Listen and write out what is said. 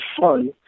fun